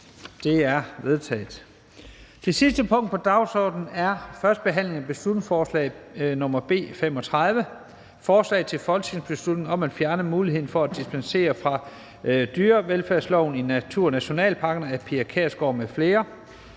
Det er vedtaget. --- Det sidste punkt på dagsordenen er: 12) 1. behandling af beslutningsforslag nr. B 35: Forslag til folketingsbeslutning om at fjerne muligheden for at dispensere fra dyrevelfærdsloven i naturnationalparkerne. Af Pia Kjærsgaard (DF) m.fl.